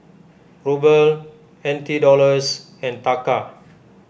Ruble N T Dollars and Taka